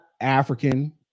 African